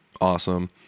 awesome